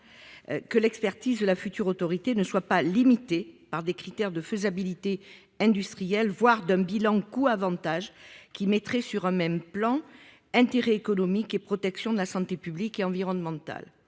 que l’expertise de la future autorité ne soit pas limitée par des critères de faisabilité industrielle ou liés à un bilan coûts avantages qui mettraient sur un même plan intérêt économique et protection de la santé publique et environnementale.